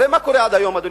הרי מה קורה עד היום?